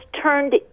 turned